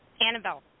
Annabelle